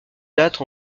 date